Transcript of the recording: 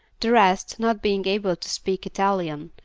the rest, not being able to speak italian,